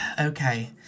okay